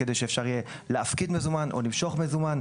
כדי שאפשר יהיה להפקיד מזומן או למשוך מזומן.